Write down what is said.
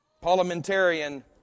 parliamentarian